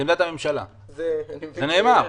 זה נאמר.